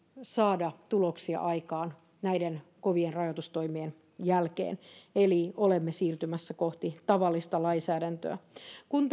saada tuloksia aikaan näiden kovien rajoitustoimien jälkeen eli olemme siirtymässä kohti tavallista lainsäädäntöä kun